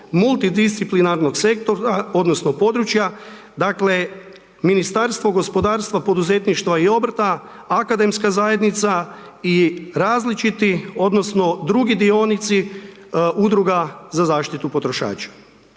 multidisciplinarnog sektora odnosno područja, dakle Ministarstvo gospodarstva, poduzetništva i obrta, akademska zajednica i različiti odnosno drugi dionici udruga za zaštitu potrošača.